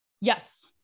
Yes